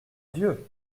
dieu